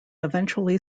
eventually